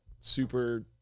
super